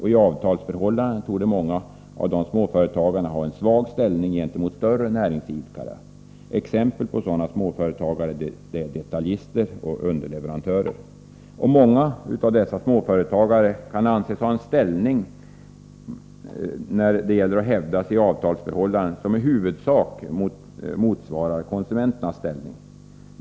I avtalsförhållanden torde många av dessa småföretagare ha en svag ställning gentemot större näringsidkare. Exempel på sådana småföretagare är detaljister och underleverantörer. Många av dessa småföretagare kan när det gäller att hävda sig i avtalsförhållanden anses ha en ställning som i huvudsak motsvarar konsumenternas ställning.